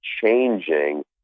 changing